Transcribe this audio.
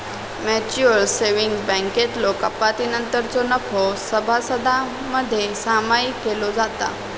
mutual savings बँकेतलो कपातीनंतरचो नफो सभासदांमध्ये सामायिक केलो जाता